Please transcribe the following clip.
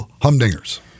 Humdingers